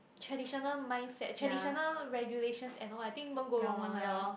traditional mindset traditional regulations and all I think won't go wrong one lah